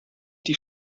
die